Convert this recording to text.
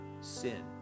sin